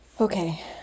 Okay